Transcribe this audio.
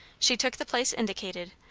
she took the place indicated,